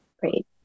Great